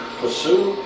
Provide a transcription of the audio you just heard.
pursue